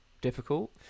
difficult